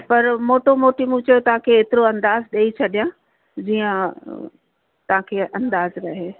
पर मोटो मोटी मूं चयो तव्हांखे एतिरो अंदाज़ ॾई छॾियां जीअं तव्हांखे अंदाज़ रहे